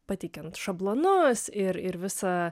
pateikiant šablonus ir ir visą